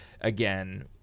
again